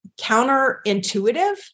counterintuitive